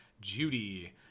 Judy